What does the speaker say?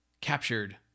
captured